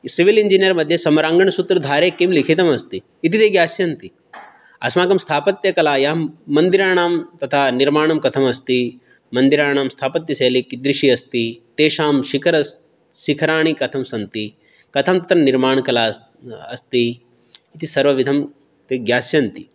civil engineer मध्ये समराङ्गणसूत्रधारे किं लिखितमस्ति इति ते ज्ञास्यन्ति अस्माकं स्थापत्यकलायां मन्दिराणां तथा निर्माणं कथमस्ति मन्दिराणां स्थापत्यशैली कीदृशी अस्ति तेषां शिखर शिखराणि कथं सन्ति कथं तन्निर्माणकला अस्ति इति सर्वविधं ते ज्ञास्यन्ति